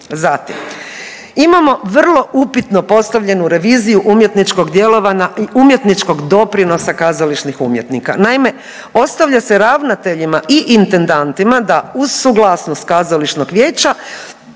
Zatim imamo vrlo upitno postavljenu reviziju umjetničkog djelovanja, umjetničkog doprinosa kazališnih umjetnika. Naime, ostavlja se ravnateljima i intendantima da uz suglasnost kazališnog vijeća